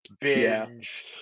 binge